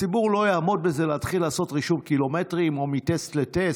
הציבור לא יעמוד בלהתחיל לעשות רישום קילומטרים או מטסט לטסט.